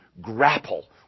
grapple